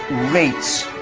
rates